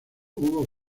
hubo